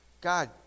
God